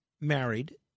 married